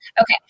Okay